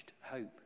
hope